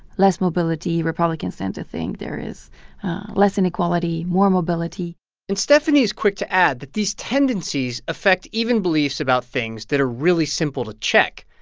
less mobility. republicans tend to think there is less inequality, more mobility and stefanie is quick to add that these tendencies affect even beliefs about things that are really simple to check.